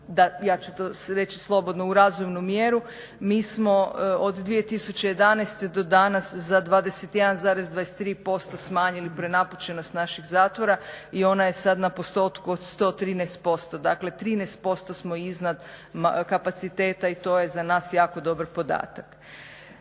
ja ću to reći u razumnu mjeru. Mi smo od 2011. do danas za 21,23% smanjili prenapučenost naših zatvora i ona je sada na postotku od 113%. Dakle, 13% smo iznad kapaciteta i to je za nas jako dobar podatak.